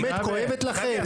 האמת כואבת לכם?